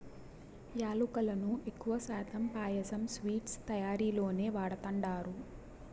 యాలుకలను ఎక్కువ శాతం పాయసం, స్వీట్స్ తయారీలోనే వాడతండారు